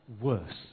Worse